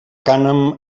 cànem